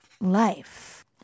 life